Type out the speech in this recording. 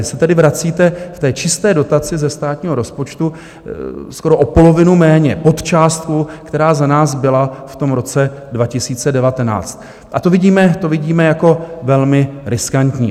Vy se tedy vracíte v čisté dotaci ze státního rozpočtu skoro o polovinu méně pod částku, která za nás byla v tom roce 2019, a to vidíme jako velmi riskantní.